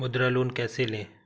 मुद्रा लोन कैसे ले?